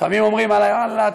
לפעמים אומרים עלי: ואללה,